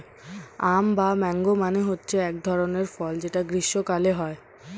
আম বা ম্যাংগো মানে হচ্ছে এক ধরনের ফল যেটা গ্রীস্মকালে হয়